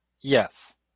Yes